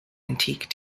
antique